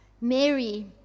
Mary